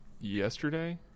yesterday